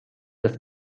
dass